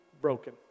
broken